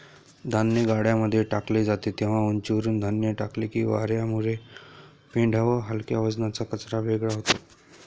धान्य गाड्यांमध्ये टाकले जाते तेव्हा उंचीवरुन धान्य टाकले की वार्यामुळे पेंढा व हलक्या वजनाचा कचरा वेगळा होतो